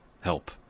help